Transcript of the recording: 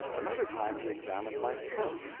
another time he examined my coat.